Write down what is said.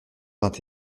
vingt